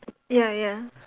ya ya